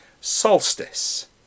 Solstice